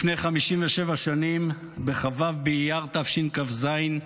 לפני 57 שנים, בכ"ו באייר תשכ"ז,